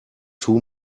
too